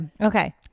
Okay